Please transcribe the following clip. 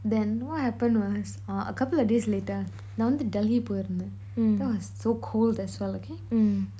then what happened was uh a couple of days later நான் வந்து டெல்லி பொய் இருந்தான்:naan vanthu delhi poi irunthan that was so cold as well okay